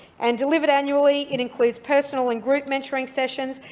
and delivered annually, it includes personal and group mentoring sessions,